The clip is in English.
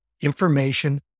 information